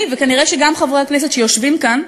אני, וכנראה שגם חברי הכנסת שיושבים כאן,